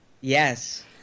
yes